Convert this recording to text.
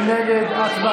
מי נגד?